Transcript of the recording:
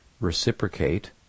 reciprocate